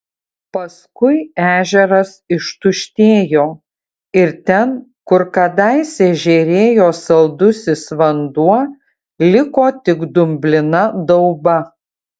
paskui ežeras ištuštėjo ir ten kur kadaise žėrėjo saldusis vanduo liko tik dumblina dauba